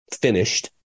finished